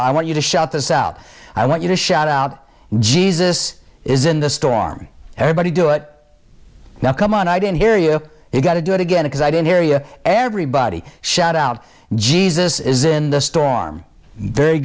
i want you to shout this out i want you to shout out jesus is in the storm everybody do it now come on i didn't hear you you got to do it again because i didn't hear you everybody shout out jesus is in the storm very